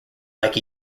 like